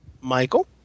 Michael